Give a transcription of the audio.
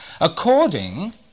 according